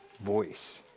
voice